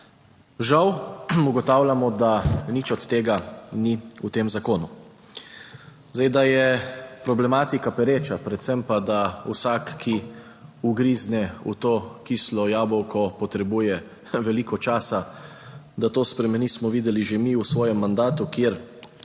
Žal ugotavljamo, da nič od tega ni v tem zakonu. Zdaj, da je problematika pereča, predvsem pa, da vsak, ki ugrizne v to kislo jabolko, potrebuje veliko časa, da to spremeni, smo videli že mi v svojem mandatu, kjer